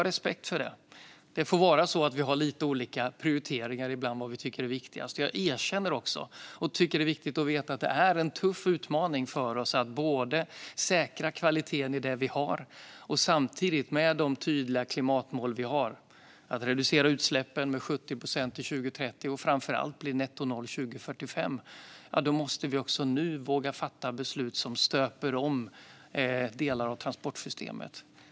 Jag har respekt för det. Det får vara så att vi har lite olika prioriteringar ibland när det gäller vad vi tycker är viktigast. Jag erkänner också att det är en tuff utmaning för oss att säkra kvaliteten i det som vi har och samtidigt med de tydliga klimatmål som vi har - att reducera utsläppen med 70 procent till 2030 och framför allt uppnå nettonoll till 2045 - nu måste våga fatta beslut som stöper om delar av transportsystemet.